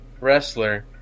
wrestler